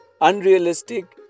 unrealistic